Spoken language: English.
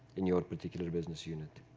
in your particular business unit.